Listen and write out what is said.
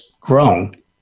grown